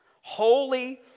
holy